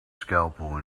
scalpel